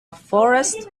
forest